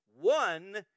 one